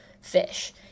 fish